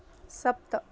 सप्त